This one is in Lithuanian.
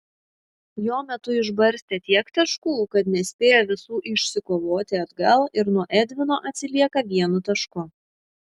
jo metu išbarstė tiek taškų kad nespėjo visų išsikovoti atgal ir nuo edvino atsilieka vienu tašku